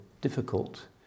difficult